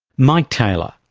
mike taylor,